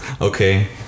okay